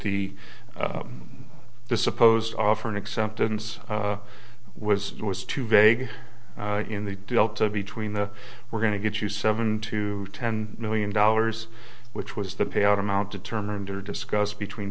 e the supposed offer and acceptance was it was too vague in the delta between the we're going to get you seven to ten million dollars which was the payout amount determined or discussed between